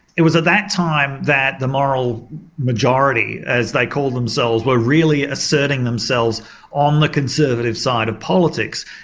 it was at that time that the moral majority as they called themselves were really asserting themselves on the conservative side of politics.